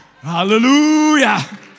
Hallelujah